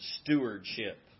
stewardship